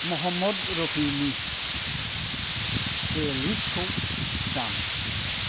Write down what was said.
महमद रफिनि प्लेलिस्तखौ दाम